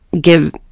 gives